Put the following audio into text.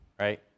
right